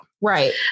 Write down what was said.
Right